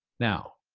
now,